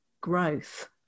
growth